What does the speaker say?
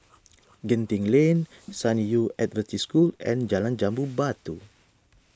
Genting Lane San Yu Adventist School and Jalan Jambu Batu